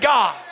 God